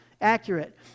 accurate